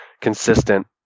consistent